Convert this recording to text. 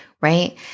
right